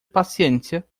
paciência